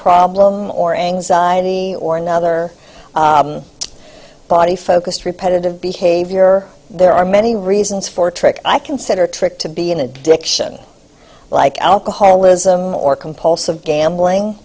problem or anxiety or another body focused repetitive behavior there are many reasons for trick i consider trick to be an addiction like alcoholism or compulsive gambling